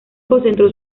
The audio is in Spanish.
concentró